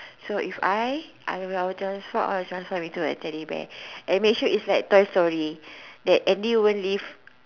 so if I I will transform I will transform into a Teddy bear and make sure it's like toy story that Andy won't leave